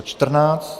14.